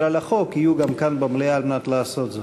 על החוק גם יהיו כאן במליאה על מנת לעשות זאת.